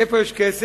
איפה יש כסף?